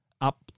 up